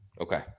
Okay